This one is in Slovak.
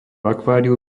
akváriu